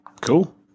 cool